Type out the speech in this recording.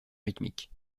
rythmique